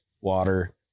water